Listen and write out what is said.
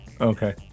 Okay